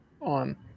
on